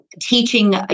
Teaching